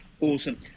Awesome